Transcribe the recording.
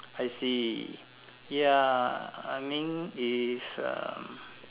I see ya I mean is uh